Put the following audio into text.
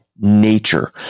nature